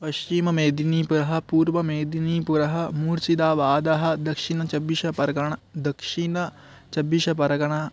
पश्चिममेदिनीपुरं पूर्वमेदिनीपुरं मूर्च्छिदाबादः दक्षिणचब्बिशपर्गणा दक्षिणचब्बिशपर्गणा